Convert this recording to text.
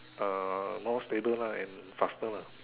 uh more stable lah and faster lah